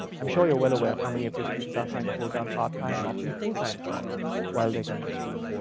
i'm sure you're well aware of how many of your students are trying to hold down part-time and often full-time jobs while they're going to school.